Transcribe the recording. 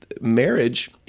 marriage